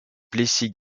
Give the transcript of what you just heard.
plessis